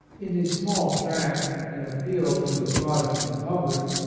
in his small tract, an appeal to the protestant public,